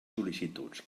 sol·licituds